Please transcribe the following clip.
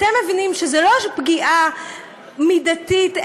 אתם מבינים שזו לא פגיעה לא מידתית,